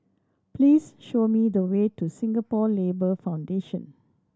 please show me the way to Singapore Labour Foundation